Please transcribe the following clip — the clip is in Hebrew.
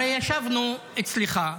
הרי ישבנו אצלך,